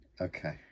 Okay